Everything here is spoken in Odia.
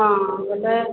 ହଁ ବୋଲେ